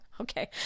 Okay